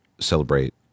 celebrate